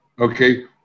okay